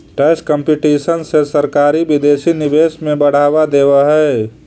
tax competition से सरकारी विदेशी निवेश के बढ़ावा देवऽ हई